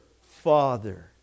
Father